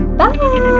bye